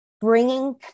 bringing